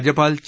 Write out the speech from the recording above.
राज्यपाल चे